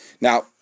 Now